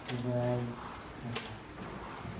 Dubai Dhaka